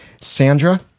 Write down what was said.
Sandra